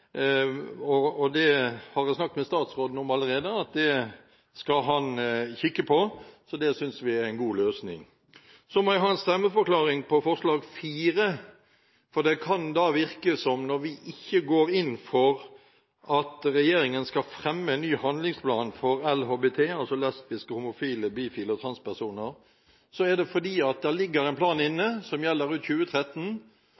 Og jeg har allerede snakket med statsråden om at han skal kikke på dette, og det synes vi er en god løsning. Så må jeg ha en stemmeforklaring på forslag nr. 4: Når vi ikke går inn for at regjeringen skal fremme en ny handlingsplan for LHBT, altså lesbiske, homofile, bifile og transpersoner, så er det fordi det ligger en plan